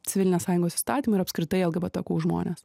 civilinės sąjungos įstatymą ir apskritai lgbtq žmones